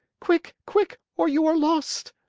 quick, quick, or you are lost!